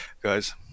guys